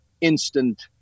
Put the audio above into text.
instant